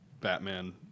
Batman